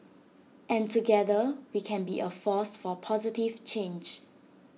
and together we can be A force for positive change